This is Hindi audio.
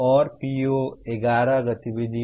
और PO11 गतिविधियों